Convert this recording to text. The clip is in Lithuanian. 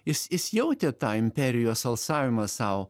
jis jis jautė tą imperijos alsavimą sau